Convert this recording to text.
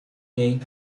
niej